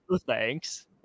thanks